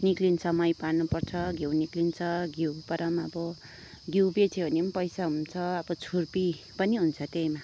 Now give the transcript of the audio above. निक्लिन्छ मही पार्नु पर्छ घिउ निक्लिन्छ घिउबाट पनि अब घिउ बेच्यो भने नि पैसा हुन्छ अब छुर्पी पनि हुन्छ त्यहीमा